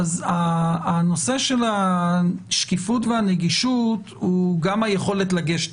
אז הנושא של השקיפות והנגישות הוא גם היכולת לגשת